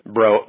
Bro